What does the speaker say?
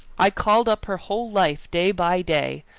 i called up her whole life day by day.